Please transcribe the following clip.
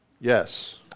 Yes